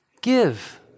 give